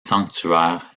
sanctuaire